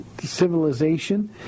civilization